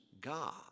God